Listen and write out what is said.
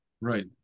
Right